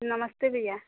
नमस्ते भैया